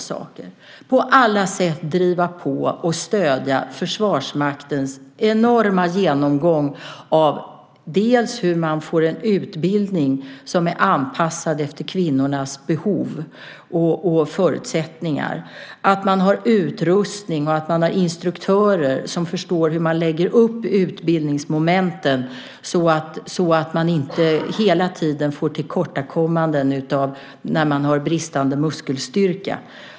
Det är att på alla sätt driva på och stödja Försvarsmaktens enorma genomgång av hur vi får en utbildning som är anpassad efter kvinnornas behov och förutsättningar, att det finns utrustning, att det finns instruktörer som förstår hur man lägger utbildningsmomenten så att kvinnor inte hela tiden får tillkortakommanden när de har bristande muskelstyrka.